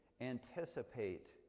anticipate